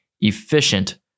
efficient